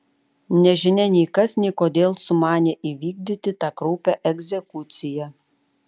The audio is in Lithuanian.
nežinia nei kas nei kodėl sumanė įvykdyti tą kraupią egzekuciją